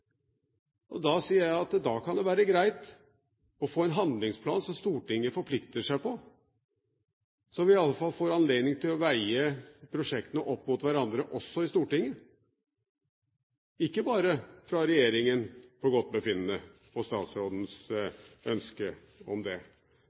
Da sier jeg at det kan være greit å få en handlingsplan som Stortinget forplikter seg på, slik at Stortinget i alle fall får anledning til å veie prosjektene opp mot hverandre, ikke bare at det skjer etter regjeringens forgodtbefinnende og statsrådens